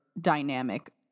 dynamic